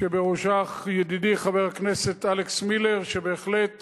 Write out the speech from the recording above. שבראשה ידידי חבר הכנסת אלכס מילר, שבהחלט